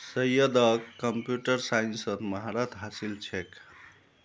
सैयदक कंप्यूटर साइंसत महारत हासिल छेक